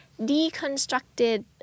deconstructed